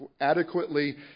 adequately